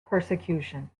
persecution